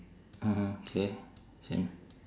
(uh huh) K